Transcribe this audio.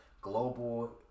global